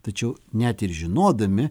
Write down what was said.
tačiau net ir žinodami